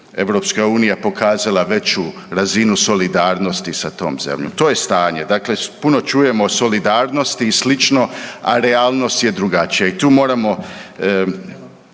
što nije EU pokazala veću razinu solidarnosti sa tom zemljom. To je stanje. Dakle, puno čujemo o solidarnosti i slično, a realnost je drugačija i tu moramo